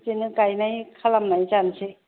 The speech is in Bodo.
बिदिनो गाइनाय खालामनाय जानसै